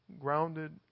Grounded